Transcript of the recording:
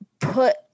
put